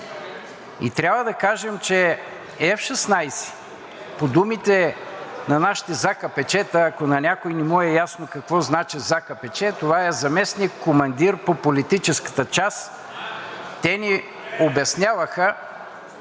Трябва да кажа, че F-16, по думите на нашите ЗКПЧ-та – ако на някого не му е ясно какво значи ЗКПЧ, това е заместник-командир по политическата част – те ни обясняваха,